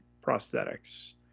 prosthetics